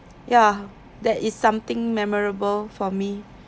ya that is something memorable for me